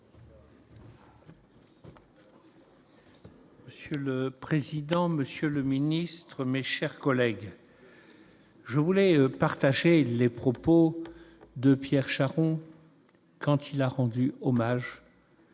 Monsieur le président, Monsieur le Ministre, mes chers collègues. Je voulais partager les propos de Pierre Charon, quand il a rendu hommage.